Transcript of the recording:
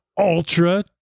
ultra